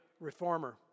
reformer